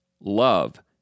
love